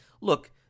Look